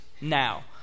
now